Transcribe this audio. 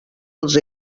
els